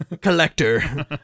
collector